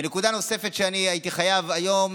ונקודה נוספת שאני הייתי חייב היום,